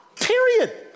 Period